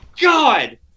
God